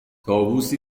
طاووسی